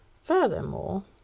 Furthermore